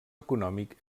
econòmic